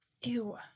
Ew